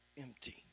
Empty